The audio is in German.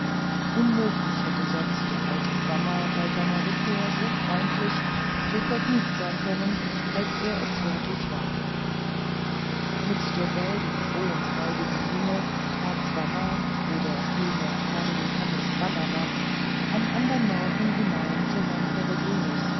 unmöglich hätte sonst der alte swammer bei seiner rückkehr so freundlich so vergnügt sein können als er es wirklich war mit derselben frohen freudigen miene trat swammer oder vielmehr herr johannes swammerdamm am andern morgen hinein zu herrn